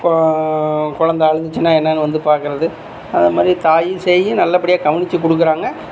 குழந்த அழுதுச்சினா என்னான்னு வந்து பார்க்கறது அத மாதிரி தாயும் சேயும் நல்லபடியாக கவனிச்சு கொடுக்குறாங்க